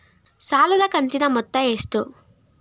ಸಾಲದ ಕಂತಿನ ಮೊತ್ತ ಎಷ್ಟು?